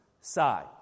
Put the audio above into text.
side